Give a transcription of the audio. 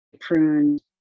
pruned